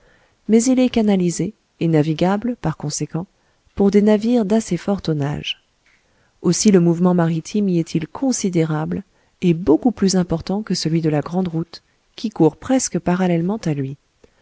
mais il est canalisé et navigable par conséquent pour des navires d'assez fort tonnage aussi le mouvement maritime y est-il considérable et beaucoup plus important que celui de la grande route qui court presque parallèlement à lui